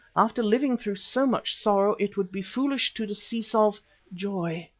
after living through so much sorrow it would be foolish to decease of joy.